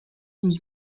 was